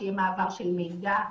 שיהיה מעבר של מידע,